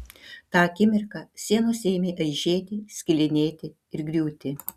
tą akimirką sienos ėmė aižėti skilinėti ir griūti